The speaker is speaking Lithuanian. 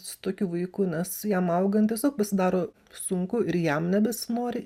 su tokiu vaiku nes jam augant tiesiog pasidaro sunku ir jam nebesinori